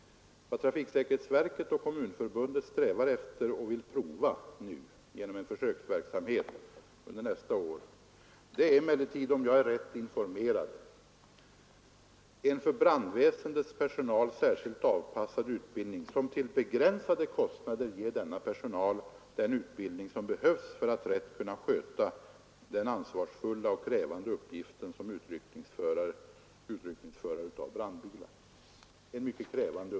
Vad trafiksäkerhetsverket och Kommunförbundet strävar efter — och vill pröva genom en försöksverksamhet under nästa år — är emellertid, om jag är rätt informerad, en för brandväsendets personal särskilt avpassad utbildning, som till begränsade kostnader ger denna personal den utbildning som behövs för att rätt kunna sköta den ansvarsfulla och krävande uppgiften som utryckningsförare av brandbilar.